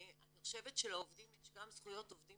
אני חושבת שלעובדים יש גם זכויות עובדים